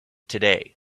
today